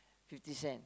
fifty cent